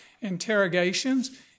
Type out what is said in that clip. interrogations